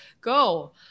Go